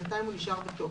בינתיים הוא נשאר בתוקף.